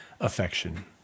affection